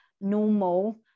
normal